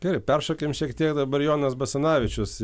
ir peršokim šiek tiek dabar jonas basanavičius